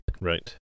Right